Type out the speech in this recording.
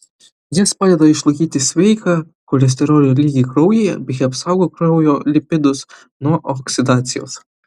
jis padeda išlaikyti sveiką cholesterolio lygį kraujyje bei apsaugo kraujo lipidus nuo oksidacijos